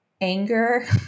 anger